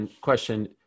question